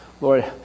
Lord